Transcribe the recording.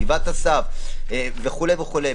בגבעת אסף וכולי וכולי.